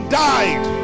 died